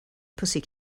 pussy